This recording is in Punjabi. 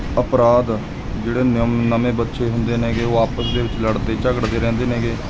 ਅਪਰਾਧ ਜਿਹੜੇ ਨਵ ਨਵੇਂ ਬੱਚੇ ਹੁੰਦੇ ਨੇ ਹੈਗੇ ਉਹ ਆਪਸ ਦੇ ਵਿੱਚ ਲੜਦੇ ਝਗੜਦੇ ਰਹਿੰਦੇ ਹੈਗੇ